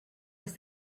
dass